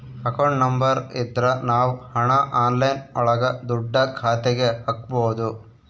account number ಇದ್ರ ನಾವ್ ಹಣ ಆನ್ಲೈನ್ ಒಳಗ ದುಡ್ಡ ಖಾತೆಗೆ ಹಕ್ಬೋದು